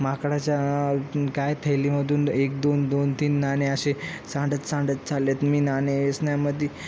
माकडाच्या काय थैलीमधून एक दोन दोन तीन नाणे असे सांडत सांडत चालेत मी नाणे वेचण्यामध्ये